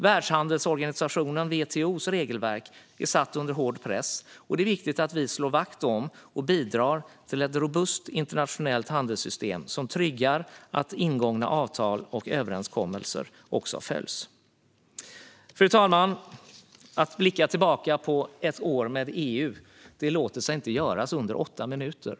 Världshandelsorganisationen WTO:s regelverk är satt under hård press, och det är viktigt att vi slår vakt om och bidrar till ett robust internationellt handelssystem som tryggar att ingångna avtal och överenskommelser också följs. Fru talman! Att blicka tillbaka på ett år med EU låter sig inte göras under åtta minuter.